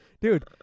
Dude